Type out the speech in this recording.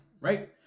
right